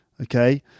Okay